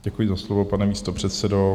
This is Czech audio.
Děkuji za slovo, pane místopředsedo.